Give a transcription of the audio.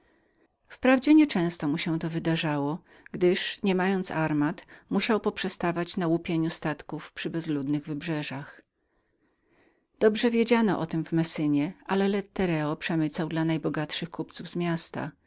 wprawdzie takowe nie często mu się wydarzały gdyż nie mając harmat musiał poprzestawać na łupieniu statków osiadłych na mieliznie dobrze wiedziano o tem w messynie ale lettereo przemycał dla najbogatszych kupców z miasta